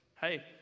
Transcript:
hey